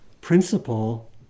principle